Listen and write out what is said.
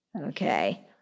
Okay